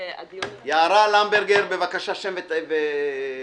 יערה למברגר, בבקשה, שם לפרוטוקול.